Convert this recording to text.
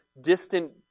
distant